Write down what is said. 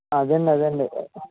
అదే అండి అదే అండి